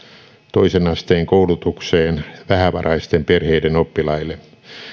toisen asteen koulutukseen vähävaraisten perheiden oppilaille